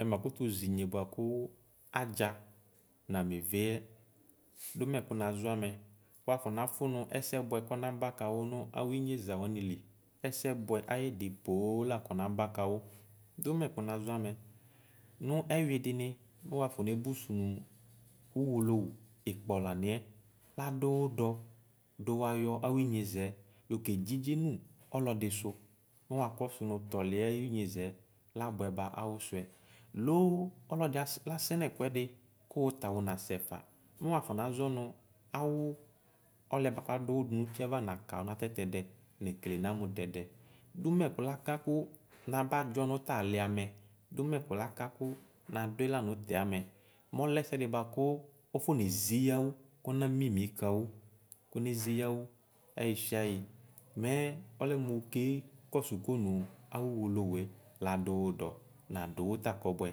Ɛmakʋtʋ zinye bʋakʋ adza name veyɛ dʋmɛ kʋ nazɔ amɛ wafɔ nafʋ nʋ ɛsɛ bʋɛ kɔ naba kawʋ wʋ awʋnyeza wanili ɛsɛ bʋɛ ayidi poo la kɔnaba kawʋ dʋmɛ kʋ nazɔ amɛ nʋ sur dini wafone bʋsʋnʋ owolowʋ ikpɔla mɛ ladʋ wʋ dɔ dʋ wayɔ aur inyezɛ yoke dzidzi nʋ ɔlɔdisʋ mʋ wakɔsʋ nʋ tɔliɛ ayinyezɛ labʋsba awo sʋɛ loo ɔlɔdi asɛnɛkʋɛdi kʋ wʋta wʋna sɛfa mʋ wakɔ nazɔ nʋ awʋ ɔliɛ bʋako adʋwʋ dʋ utiava nakana ta tatɛ diɛ dɛ nekele na mɛtɛ dɛ dumɛ ku laka kʋ nabadzɔ nʋ tali amɛ dʋmɛ kʋ laka kʋ nado ila nʋ tɛɛ amɛ mɔlɛ ɛsɛdi bʋako ɔfɔnezi yawʋ kɔna mimi kawʋ kenezi yawʋ ɛyi siayi mɛ ɔlɛ mʋke kɔsʋ kʋ nʋ awo iwolowue ladowʋ dɔ nadʋ wʋta kɔbʋɛ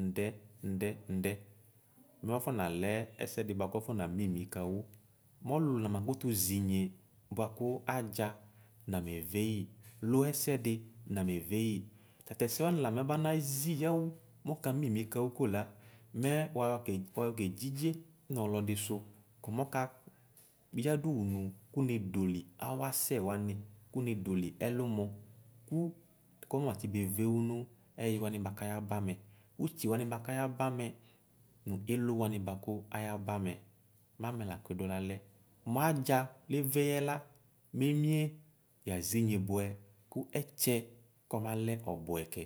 nʋdɛ nʋdɛ nʋdɛ mɛ ɔfɔnalɛ ɛsɛdi bʋakʋ ɔfɔnamimi kawʋ mɔlʋlona makʋtʋ zinye bʋakʋ adza nameveyi loo ɛsɛdi nameveyi tatɛsɛ wani la mabanazi yawʋ mɔkamimi kawʋ kola mɛ wayɔke wayɔka dzidze nɔlɔdi sʋ ko mɔka yadʋwʋ nʋ kvne dodi awʋ asɛ wani kone doli ɛlʋmɔ kʋ kɔ famatsi beveur nʋ ɛyi wani kayaba mɛ ʋtsi wani ba kayaba mɛ nʋ ilʋ wani bakayaba mɛ mamɛ lakedola lɛ mʋ adza leveyɛ la mɛ emie yazɛ inye bʋɛ mʋ ɛtsɛ kɔbalɛ ɔbʋɛ kɛ.